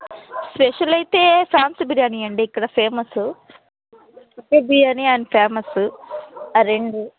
special అయితే prawns biryani అండి ఇక్కడ ఫేమస్సు బిర్యానీ అండ్ ఫేమస్సు ఆ రెండు